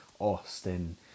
Austin